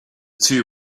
two